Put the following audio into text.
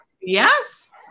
Yes